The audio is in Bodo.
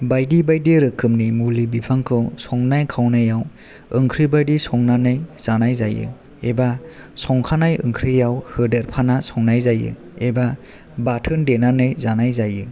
बायदि बायदि रोखोमनि मुलि बिफांखौ संनाय खावनायाव ओंख्रिबायदि संनानै जानाय जायो एबा संखानाय ओंख्रियाव होदेरफाना संनाय जायो एबा बाथोन देनानै जानाय जायो